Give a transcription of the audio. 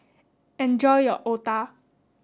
enjoy your otah